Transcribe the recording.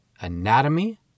anatomy